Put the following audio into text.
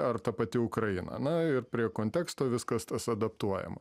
ar ta pati ukraina na ir prie konteksto viskas tas adaptuojama